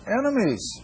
enemies